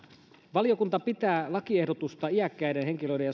valiokunta pitää lakiehdotusta iäkkäiden henkilöiden